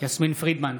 יסמין פרידמן,